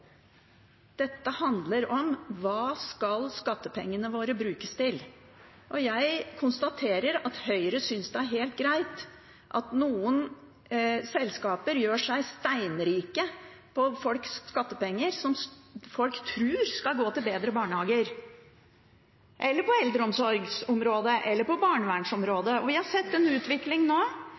Dette handler om hva skattepengene våre skal brukes til. Jeg konstaterer at Høyre synes det er helt greit at noen selskaper gjør seg steinrike på folks skattepenger, som folk tror skal gå til bedre barnehager – eller på eldreomsorgsområdet, eller på barnevernsområdet. Vi har nå sett en utvikling